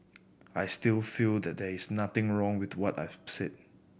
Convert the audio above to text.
I still feel that there is nothing wrong with what I've said